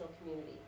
community